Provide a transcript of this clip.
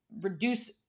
reduce